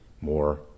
more